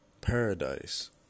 Paradise